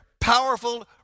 Powerful